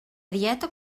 dieta